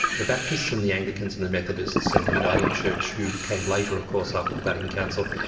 the baptists and the anglicans and the methodists and the uniting church who came later of course, after the vatican council,